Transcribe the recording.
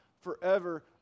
forever